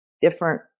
different